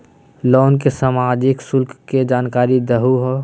Loan के मासिक शुल्क के जानकारी दहु हो?